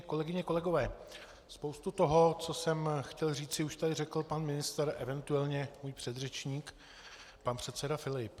Kolegyně, kolegové, spoustu toho, co jsem chtěl říci, už tady řekl pan ministr, event. můj předřečník pan předseda Filip.